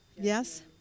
Yes